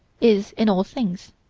is in all things.